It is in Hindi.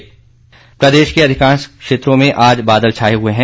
मौसम प्रदेश के अधिकांश क्षेत्रों में आज बादल छाए हुए हैं